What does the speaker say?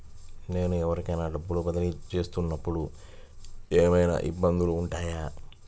నేను ఎవరికైనా డబ్బులు బదిలీ చేస్తునపుడు ఏమయినా ఇబ్బందులు వుంటాయా?